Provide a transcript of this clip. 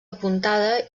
apuntada